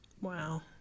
Wow